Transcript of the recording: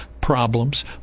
problems